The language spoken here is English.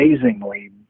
amazingly